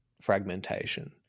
fragmentation